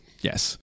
Yes